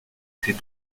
ces